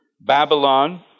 Babylon